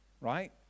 right